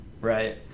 Right